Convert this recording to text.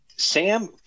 Sam